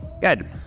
Good